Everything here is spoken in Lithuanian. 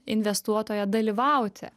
investuotoją dalyvauti